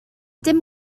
dim